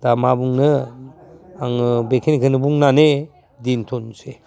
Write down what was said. दा मा बुंनो आङो बेखिनिखोनो बुंनानै दोन्थ'नोसै